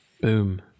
Boom